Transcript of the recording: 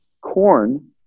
corn